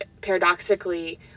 paradoxically